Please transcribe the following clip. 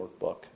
workbook